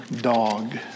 dog